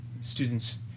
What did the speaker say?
students